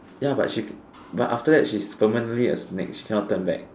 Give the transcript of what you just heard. ya but she can but after that she's permanently a snake she cannot turn back